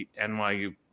NYU